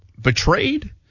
betrayed